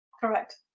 Correct